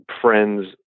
friends